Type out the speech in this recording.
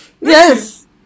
Yes